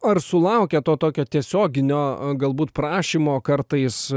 ar sulaukia to tokio tiesioginio galbūt prašymo kartais